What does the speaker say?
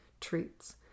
treats